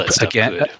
again